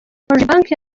cogebanque